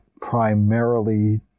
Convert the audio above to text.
primarily